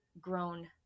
grown